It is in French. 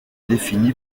défini